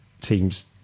teams